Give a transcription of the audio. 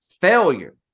failure